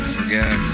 forget